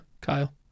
Kyle